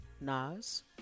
Nas